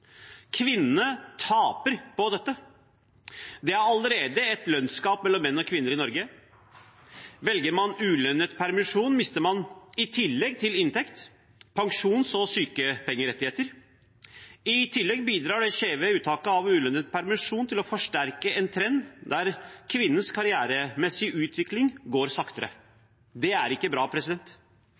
Kvinnene taper på dette. Det er allerede et lønnsgap mellom menn og kvinner i Norge. Velger man ulønnet permisjon, mister man – i tillegg til inntekt – pensjons- og sykepengerettigheter. I tillegg bidrar det skjeve uttaket av ulønnet permisjon til å forsterke en trend der kvinnens karrieremessige utvikling går saktere. Det er ikke bra.